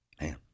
man